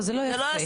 זה לא הסתה.